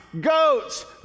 goats